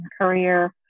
career